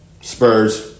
Spurs